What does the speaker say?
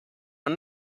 are